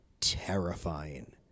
terrifying